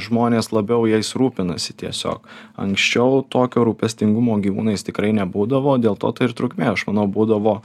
žmonės labiau jais rūpinasi tiesiog anksčiau tokio rūpestingumo gyvūnais tikrai nebūdavo dėl to ta ir trukmė aš manau būdavo